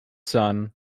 son